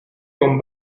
con